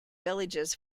villages